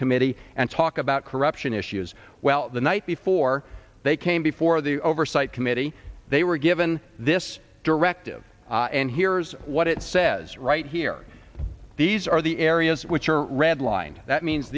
committee and talk about corruption issues well the night before they came before the oversight committee they were given this directive and here's what it says right here these are the areas which are redlined that means